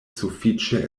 sufiĉe